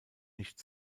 nicht